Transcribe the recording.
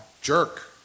jerk